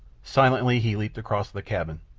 silently he leaped across the cabin.